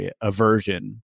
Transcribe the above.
aversion